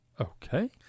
Okay